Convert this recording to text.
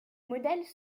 modèles